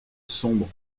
sombre